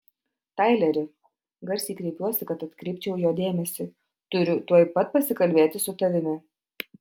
taileri garsiai kreipiuosi kad atkreipčiau jo dėmesį turiu tuoj pat pasikalbėti su tavimi